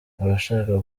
abashaka